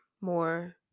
more